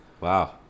Wow